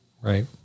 Right